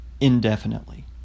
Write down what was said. indefinitely